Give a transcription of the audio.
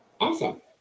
Awesome